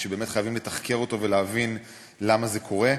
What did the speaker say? שבאמת חייבים לתחקר אותו ולהבין למה זה קורה.